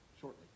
shortly